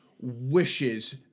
wishes